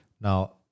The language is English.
Now